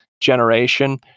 generation